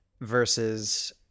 versus